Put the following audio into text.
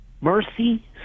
mercy